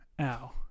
ow